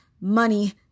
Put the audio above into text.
money